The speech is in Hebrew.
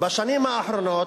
בשנים האחרונות,